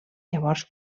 llavors